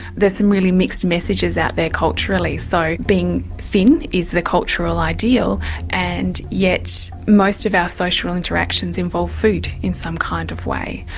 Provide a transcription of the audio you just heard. there's some really mixed messages out there culturally, so being thin is the cultural ideal and yet most of our social interactions involve food in some kind of way.